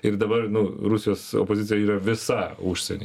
ir dabar nu rusijos opozicija yra visa užsieny